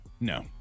No